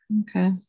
Okay